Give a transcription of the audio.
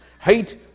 Hate